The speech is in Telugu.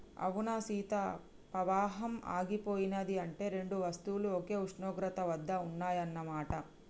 అవునా సీత పవాహం ఆగిపోయినది అంటే రెండు వస్తువులు ఒకే ఉష్ణోగ్రత వద్ద ఉన్నాయన్న మాట